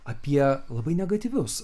apie labai negatyvius